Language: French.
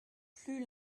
plus